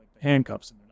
Handcuffs